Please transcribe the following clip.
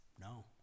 No